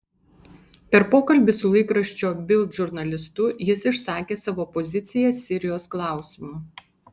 per pokalbį su laikraščio bild žurnalistu jis išsakė savo poziciją sirijos klausimu